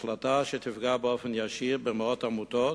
החלטה שתפגע באופן ישיר במאות עמותות,